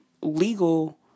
legal